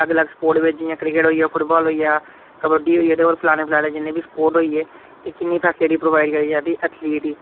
लग्ग लग्ग स्पोर्ट बिच जि'यां क्रिकेट होइया फुटबाल होइया कबड्डी होइया ते और फलाने फलाने जिन्ने होइये ते किन्नी फैसिलिटी प्रोवाइड करी जंदी एथलिट ही